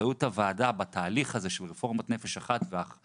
אחריות הוועדה בתהליך הזה של רפורמת נפש אחת בחקיקה